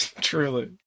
Truly